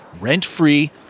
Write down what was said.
rent-free